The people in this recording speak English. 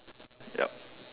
yup